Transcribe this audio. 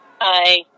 Hi